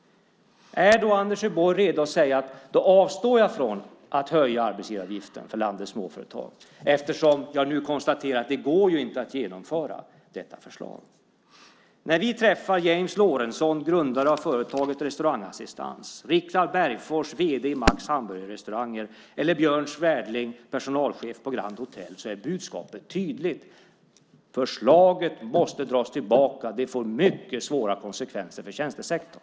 Är Anders Borg redo att säga: Jag avstår från att höja arbetsgivaravgiften för landets småföretag eftersom jag nu konstaterar att det inte går att genomföra detta förslag? När vi träffar James Lorentzon, grundare av företaget Restaurangassistans, Richard Bergfors, vd för Max Hamburgerrestauranger eller Björn Svärdling, personalchef på Grand Hôtel är budskapet tydligt. Förslaget måste dras tillbaka. Det får mycket svåra konsekvenser för tjänstesektorn.